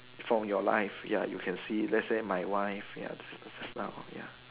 from your life ya you can see let say my wife ya just just now ya